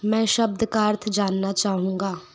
मैं शब्द का अर्थ जानना चाहूँगा